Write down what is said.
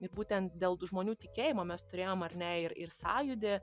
ir būtent dėl tų žmonių tikėjimo mes turėjom ar ne ir ir sąjūdį